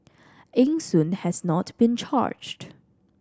Eng Soon has not been charged